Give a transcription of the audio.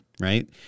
right